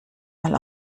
mal